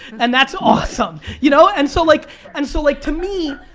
and that's awesome, you know. and so like and so like to me,